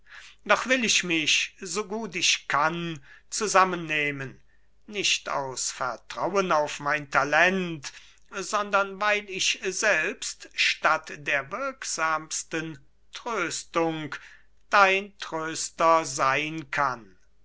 doch will ich mich so gut ich kann zusammennehmen nicht aus vertrauen auf mein talent sondern weil ich selbst statt der wirksamsten tröstung dein tröster sein kann